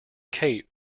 kate